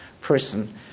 person